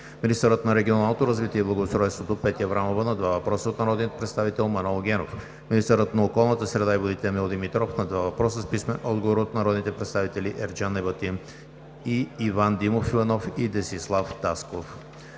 министърът на регионалното развитие и благоустройството Петя Аврамова – на два въпроса от народния представител Манол Генов; - министърът на околната среда и водите Емил Димитров – на два въпроса с писмен отговор от народните представители Ерджан Ебатин; и Иван Димов Иванов и Десислав Тасков;